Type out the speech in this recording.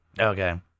Okay